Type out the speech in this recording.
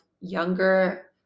younger